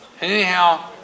Anyhow